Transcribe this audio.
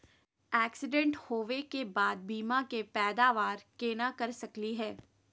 Accident होवे के बाद बीमा के पैदावार केना कर सकली हे?